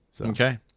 Okay